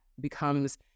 becomes